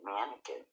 mannequin